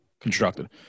constructed